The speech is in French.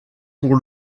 pour